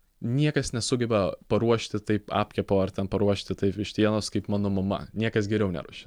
niekas nesugeba paruošti taip apkepo ar ten paruošti taip vištienos kaip mano mama niekas geriau neruošia